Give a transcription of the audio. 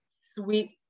sweet